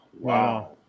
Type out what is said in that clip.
wow